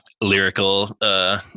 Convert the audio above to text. lyrical